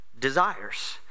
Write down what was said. desires